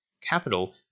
capital